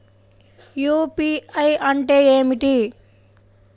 UPI అంటే ఏమిటీ?